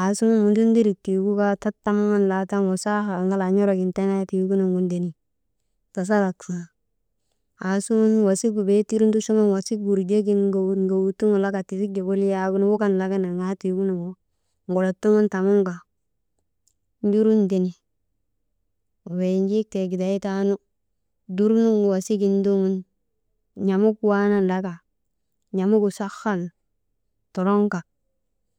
aasuŋun mundindirik tiigukaa tattamaŋan laataanu wasaahaa ŋalaa n̰orogin tenee tiigunuŋgu ndenin, sasalak sun. Assuŋun wasigu beetir nduchuŋan wasik wurjegin gowut gowut tuŋun laka tifik jokolii yak wukan laka nirŋaa tiigunuŋgu tamun ka njurun ndenin wey njik tee giday taanu dur nuŋgu wasigin ndogun n̰amuk waanan laka n̰amugu sahan toroŋka.